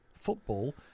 football